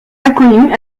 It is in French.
inconnues